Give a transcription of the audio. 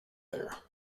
there